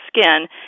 skin